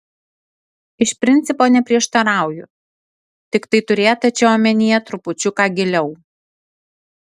iš principo neprieštarauju tiktai turėta čia omenyje trupučiuką giliau